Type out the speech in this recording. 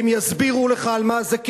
הם יסבירו לך על מה זה,